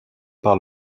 par